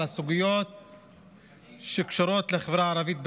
הסוגיות שקשורות לחברה הערבית בנגב,